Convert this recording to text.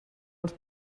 els